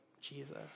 Jesus